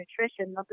nutrition